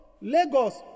Lagos